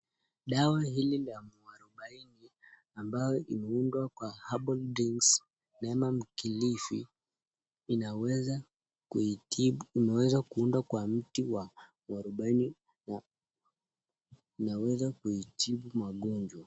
Dawa hili ya muarubaini ambayo imeundwa kwa herbal drinks neem mkilifi inaweza kuitibu inaweza kuundwa kwa mti wa muarubaini. Inaweza kuitibu magonjwa.